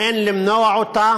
אין למנוע אותה,